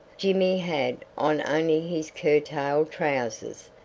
jimmy had on only his curtailed trousers,